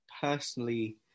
personally